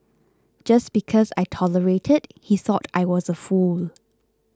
just because I tolerated he thought I was a fool